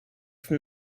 from